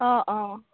অঁ অঁ